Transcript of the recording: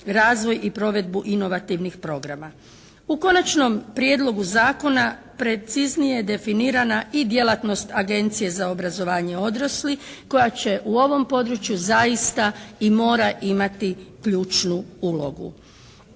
razvoj i provedbu inovativnih programa. U konačnom prijedlogu zakona preciznije je definirana i djelatnost Agencije za obrazovanje odraslih koja će u ovom području zaista i mora imati ključnu ulogu.